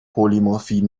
polymorphie